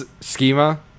schema